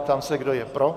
Ptám se, kdo je pro.